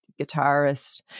guitarist